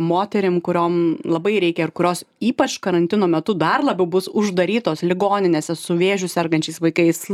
moterim kuriom labai reikia ir kurios ypač karantino metu dar labiau bus uždarytos ligoninėse su vėžiu sergančiais vaikais